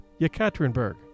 Yekaterinburg